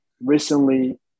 recently